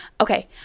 Okay